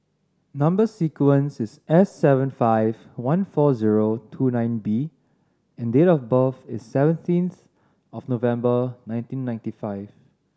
number sequence is S seven five one four zero two nine B and date of birth is seventeenth of November nineteen ninety five